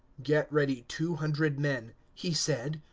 get ready two hundred men, he said,